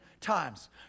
times